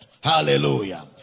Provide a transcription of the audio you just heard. Hallelujah